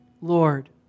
Lord